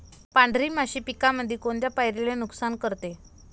पांढरी माशी पिकामंदी कोनत्या पायरीले नुकसान करते?